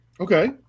Okay